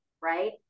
right